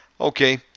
Okay